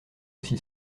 aussi